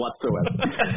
whatsoever